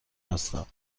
هستم